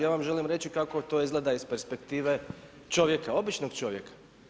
Ja vam želim reći kako to izgleda iz perspektive čovjeka, običnog čovjeka.